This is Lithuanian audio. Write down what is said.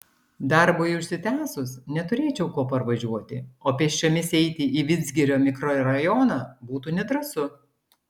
darbui užsitęsus neturėčiau kuo parvažiuoti o pėsčiomis eiti į vidzgirio mikrorajoną būtų nedrąsu